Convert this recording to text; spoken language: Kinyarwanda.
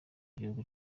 gihugu